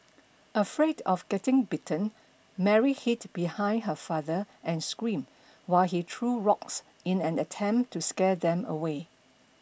afraid of getting bitten Mary hid behind her father and screamed while he threw rocks in an attempt to scare them away